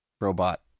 robot